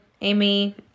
Amy